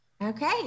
Okay